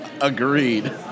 Agreed